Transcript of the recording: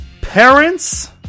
parents